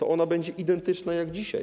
Ona będzie identyczna jak dzisiaj.